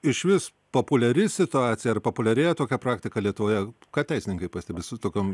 išvis populiari situacija ar populiarėja tokia praktika lietuvoje ką teisininkai pastebi su tokiom